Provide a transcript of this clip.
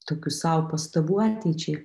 tokių sau pastabų ateičiai